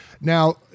Now